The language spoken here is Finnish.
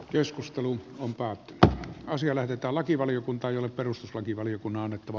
tämä on se tieto mikä minulla nyt on